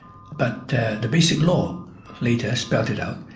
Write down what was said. but the the basic law later spelt it out.